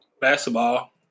Basketball